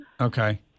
Okay